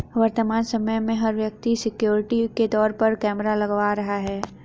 वर्तमान समय में, हर व्यक्ति सिक्योरिटी के तौर पर कैमरा लगवा रहा है